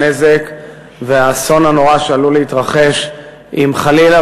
הנזק והאסון הנורא שעלולים להתרחש אם חלילה